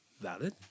valid